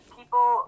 people